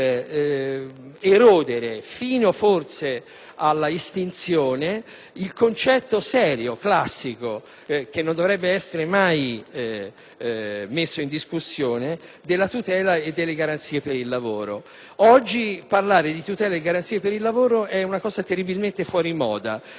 fino forse alla estinzione il concetto serio e classico, che non dovrebbe mai essere messo in discussione, della tutela e delle garanzie per il lavoro. Oggi, parlare di tutela e garanzia per il lavoro è fuori moda. Sembra di non essere